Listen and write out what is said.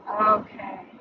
Okay